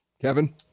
kevin